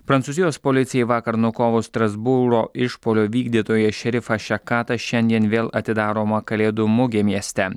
prancūzijos policijai vakar nukovus strasbūro išpuolio vykdytoją šerifą šekatą šiandien vėl atidaroma kalėdų mugė mieste